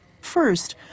First